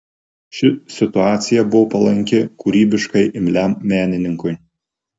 ši situacija buvo palanki kūrybiškai imliam menininkui